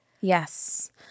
Yes